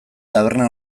taberna